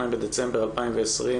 היום 22 בדצמבר 2020,